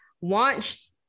watch